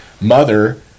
mother